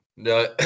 No